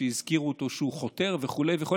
שהזכירו שהוא חותר וכו' וכו',